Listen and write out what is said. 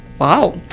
Wow